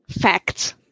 Facts